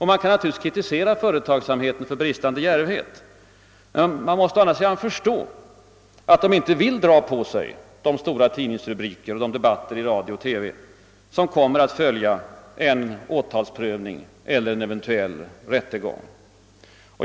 Man kan naturligtvis kritisera företagsamheten för bristande djärvhet: Men man måste å andra sidan förstå att dessa i dag inte vill utsätta sig för de stora tidningsrubriker och de debatter i radio och TV, som kommer att följa med en åtalsprövning eller eventuell rättegång.